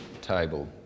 table